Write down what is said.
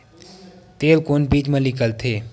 तेल कोन बीज मा निकलथे?